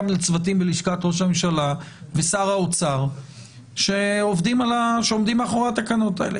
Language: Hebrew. לצוותים בלשכת ראש הממשלה ושר האוצר שעומדים מאחורי התקנות האלה.